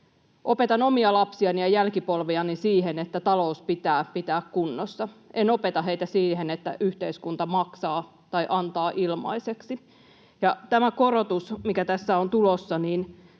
Opetan omia lapsiani ja jälkipolveani siihen, että talous pitää pitää kunnossa. En opeta heitä siihen, että yhteiskunta maksaa tai antaa ilmaiseksi. Tämä korotus, mikä tässä on tulossa,